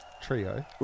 trio